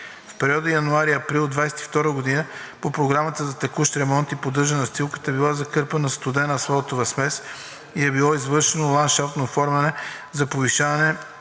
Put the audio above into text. В периода януари-април 2022 г. по програмата за текущ ремонт и поддържане на настилката е била закърпена студена асфалтова смес и е било извършено ландшафтно оформяне за повишаване